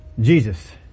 Jesus